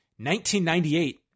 1998